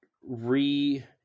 re